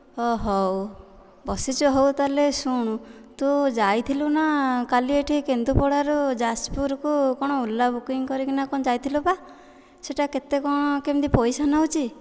ଓ ହଉ ବସିଛୁ ହଉ ତା'ହେଲେ ଶୁଣ ତୁ ଯାଇଥିଲୁ ନା କାଲି ଏଇଠି କେନ୍ଦୁପଡ଼ାରୁ ଯାଜପୁର କୁ କ'ଣ ଓଲା ବୁକିଂ କରିକିନା କ'ଣ ଯାଇଥିଲୁ ପା ସେଇଟା କେତେ କ'ଣ କେମିତି ପଇସା ନେଉଛି